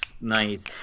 nice